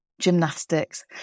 gymnastics